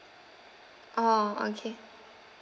orh okay